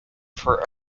for